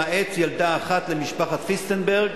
למעט ילדה אחת למשפחת פירסטנברג,